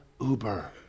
Uber